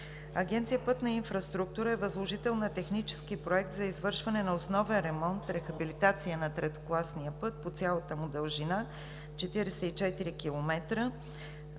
Агенция „Пътна инфраструктура“ е възложител на технически проект за извършване на основен ремонт, рехабилитация на третокласния път по цялата му дължина – 44 км.